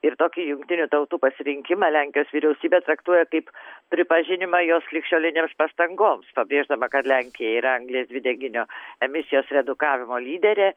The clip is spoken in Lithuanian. ir tokį jungtinių tautų pasirinkimą lenkijos vyriausybė traktuoja kaip pripažinimą jos ligšiolinėms pastangoms pabrėždama kad lenkija yra anglies dvideginio emisijos redukavimo lyderė